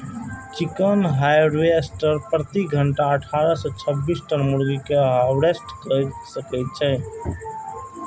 chicken harvester प्रति घंटा अट्ठारह सं छब्बीस टन मुर्गी कें हार्वेस्ट कैर सकै छै